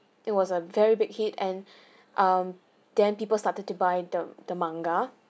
it was a very big hit and um then people started to buy the the manga